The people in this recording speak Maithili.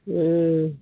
हँ